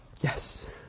Yes